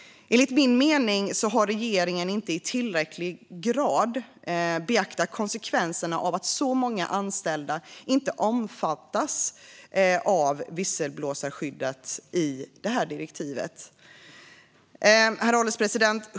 Enligt min mening har regeringen inte i tillräcklig grad beaktat konsekvenserna av att så många anställda inte omfattas av visselblåsarskyddet i direktivet. Herr ålderspresident!